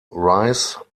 rice